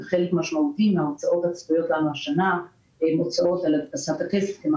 זה חלק משמעותי מן ההוצאות הצפויות לנו השנה,